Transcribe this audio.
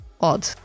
odd